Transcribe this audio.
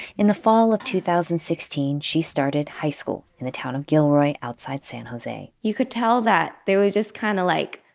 in the fall of two thousand and sixteen, she started high school in the town of gilroy outside san jose you could tell that there was just kind of, like,